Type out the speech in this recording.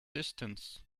distance